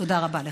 תודה רבה לך.